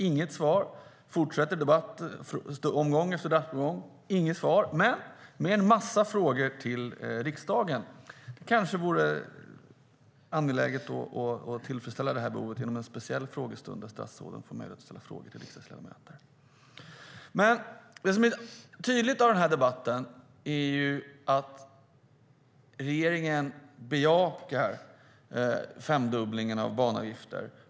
Inget svar, debatten fortsätter, omgång efter omgång, inga svar men en massa frågor till riksdagen. Det kanske vore angeläget att tillfredsställa detta genom en speciell frågestund där statsråden får möjlighet att ställa frågor till riksdagsledamöter. Det som blir tydligt i debatten är att regeringen bejakar femdubblingen av banavgifter.